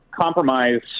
compromise